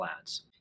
ads